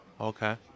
Okay